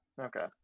okay